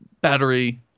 battery